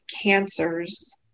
cancers